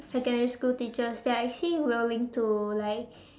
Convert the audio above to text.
secondary school teachers they're actually willing to like